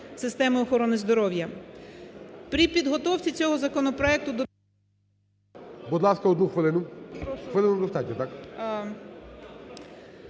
системи охорони здоров'я.